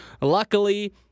Luckily